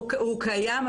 הוא קיים,